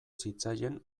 zitzaien